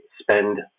spend